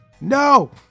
no